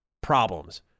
problems